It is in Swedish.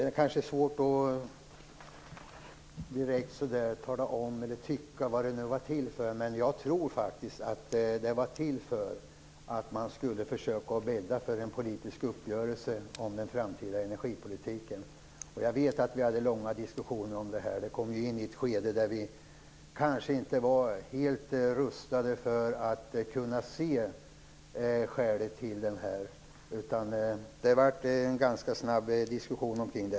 Fru talman! Det är svårt att direkt tala om vad informationen var till för. Jag tror att avsikten var att man skulle försöka bädda för en politisk uppgörelse om den framtida energipolitiken. Jag vet att vi hade långa diskussioner. Vi kom in i ett skede där vi inte var rustade för att se skälen. Det blev en ganska snabb diskussion.